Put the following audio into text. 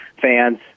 fans